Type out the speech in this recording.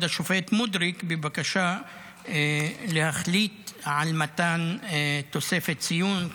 השופט מודריק בבקשה להחליט על מתן תוספת ציון,